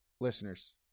listeners